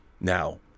Now